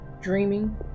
dreaming